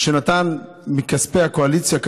שנתן מכספי הקואליציה,